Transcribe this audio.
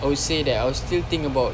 I would say that I will still think about